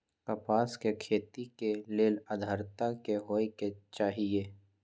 कपास के खेती के लेल अद्रता की होए के चहिऐई?